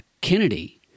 Kennedy